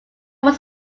wrote